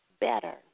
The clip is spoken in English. better